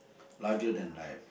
larger than life